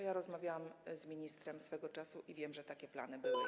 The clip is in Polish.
Ja rozmawiałam z ministrem swego czasu i wiem, że takie plany były.